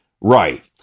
right